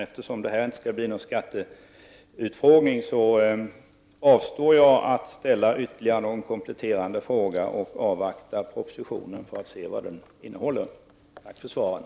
Eftersom detta inte skall bli en skatteutfrågning avstår jag från att ställa ytterligare någon kompletterande fråga och avvaktar propositionen för att se vad den innehåller. Tack för svaren!